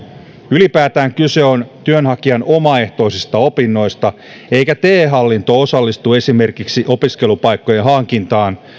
ylipäätään kyse on työnhakijan omaehtoisista opinnoista eikä te hallinto osallistu esimerkiksi opiskelupaikkojen hankintaan